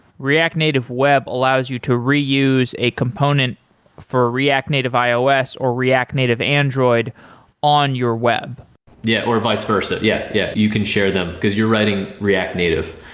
react native web allows you to reuse a component for react native ios or react native android on your web yeah, or vice versa. yeah, yeah. you can share them, because you're writing react native.